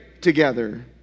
together